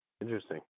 Interesting